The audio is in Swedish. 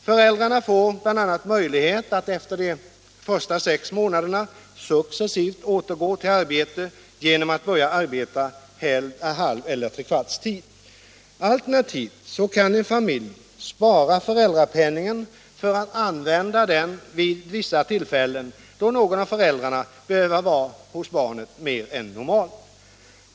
Föräldrarna får bl.a. möjlighet att efter de första sex månaderna successivt återgå till arbete genom att börja arbeta halveller trekvartstid. Alternativt kan en familj spara föräldrapenningen för att använda den vid vissa tillfällen då någon av föräldrarna behöver vara hos barnet mer än normalt.